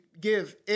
give